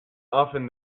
often